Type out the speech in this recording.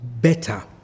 better